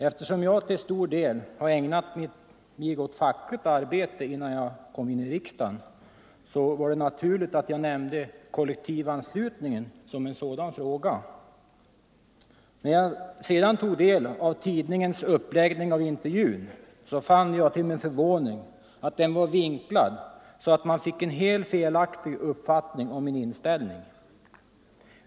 Eftersom jag ägnat mig mycket åt fackligt arbete innan jag kom in i riksdagen var det naturligt för mig att nämna frågan om kollektivanslutningen som en sådan fråga. När jag sedan tog del av tid ningens uppläggning av intervjun fann jag till min förvåning att den var vinklad så att man fick en helt felaktig uppfattning om min inställning.